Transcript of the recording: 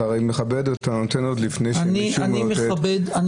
אתה הרי מכבד ונותן עוד לפני שמישהו מאותת --- אני מכבד כל אדם.